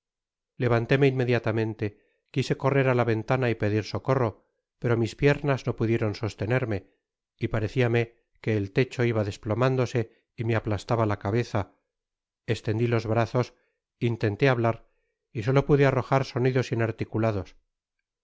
levantóme inmediatamente quise correr á la ventana y pedir socorro pero mis piernas no pudieron sostenerme y pareciame que el techo iba desplomándose y me aplastaba la cabeza estendi los brazos intenté hablar y solo pude arrojar sonidos inarticulados